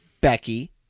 Becky